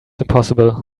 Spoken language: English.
impossible